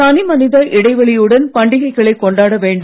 தனி மனித இடைவெளியுடன் பண்டிகைகளைக் கொண்டாட வேண்டும்